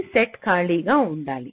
సమయ ఉల్లంఘన ఉంది